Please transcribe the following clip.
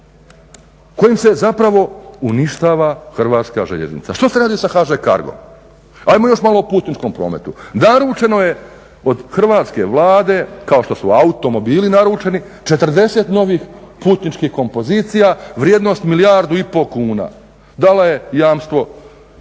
kojim se zapravo uništava Hrvatska željeznica. Što se radi sa HŽ Cargom? Ajmo još malo o putničkom prometu. Naručeno je od hrvatske Vlade, kao što su automobili naručeni, 40 novih putničkih kompozicija vrijednost milijardu i pol kuna. dala je jamstvo,